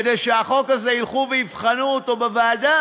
כדי שהחוק הזה, ילכו ויבחנו אותו בוועדה,